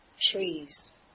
trees